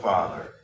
Father